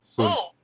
soon